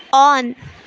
on